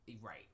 Right